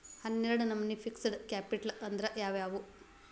ಹನ್ನೆರ್ಡ್ ನಮ್ನಿ fixed capital ಅಂದ್ರ ಯಾವವ್ಯಾವು?